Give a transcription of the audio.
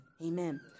Amen